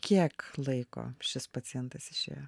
kiek laiko šis pacientas išėjo